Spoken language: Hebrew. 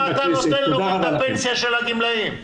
למה אתה נותן להוריד את הפנסיה של הגמלאים?